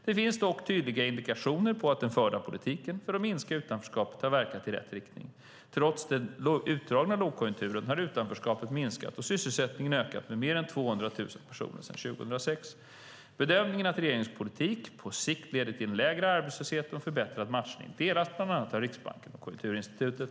Det finns dock tydliga indikationer på att den förda politiken för att minska utanförskapet har verkat i rätt riktning. Trots den utdragna lågkonjunkturen har utanförskapet minskat och sysselsättningen ökat med mer än 200 000 personer sedan 2006. Bedömningen att regeringens politik på sikt leder till en lägre arbetslöshet och en förbättrad matchning delas av bland annat Riksbanken och Konjunkturinstitutet.